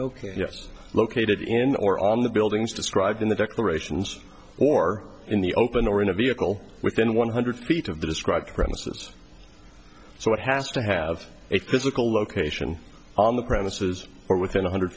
ok yes located in or on the buildings described in the declarations or in the open or in a vehicle within one hundred feet of the described premises so it has to have a physical location on the premises or within a hundred